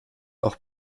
auch